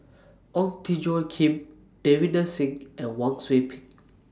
Ong Tjoe Kim Davinder Singh and Wang Sui Pick